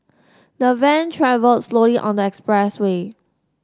the van travelled slowly on the expressway